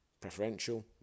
Preferential